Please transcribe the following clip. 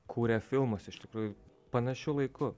kūrė filmus iš tikrųjų panašiu laiku